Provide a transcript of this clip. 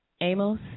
Amos